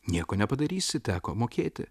nieko nepadarysi teko mokėti